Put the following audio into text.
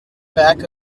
back